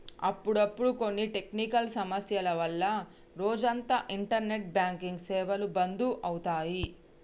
అప్పుడప్పుడు కొన్ని టెక్నికల్ సమస్యల వల్ల రోజంతా ఇంటర్నెట్ బ్యాంకింగ్ సేవలు బంధు అవుతాయి